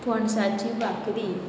भाकरी